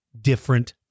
different